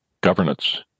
governance